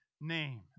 name